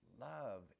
love